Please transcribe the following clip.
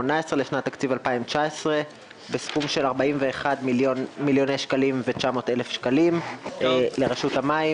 לשנת התקציב 2019 בסכום של 41,900,000 שקלים לרשות המים.